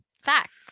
Facts